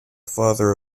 father